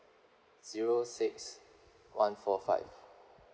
zero six one four five